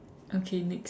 okay next